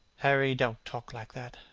harry, don't talk like that.